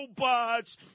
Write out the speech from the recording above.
robots